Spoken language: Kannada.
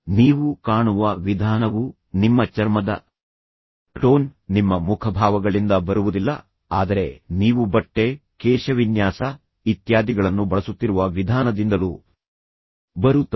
ನೀವು ಕಾಣುವ ವಿಧಾನವು ನಿಮ್ಮ ಚರ್ಮದ ಟೋನ್ ನಿಮ್ಮ ಮುಖಭಾವಗಳಿಂದ ಬರುವುದಿಲ್ಲ ಆದರೆ ನೀವು ಬಟ್ಟೆ ಕೇಶವಿನ್ಯಾಸ ಇತ್ಯಾದಿಗಳನ್ನು ಬಳಸುತ್ತಿರುವ ವಿಧಾನದಿಂದಲೂ ಬರುತ್ತದೆ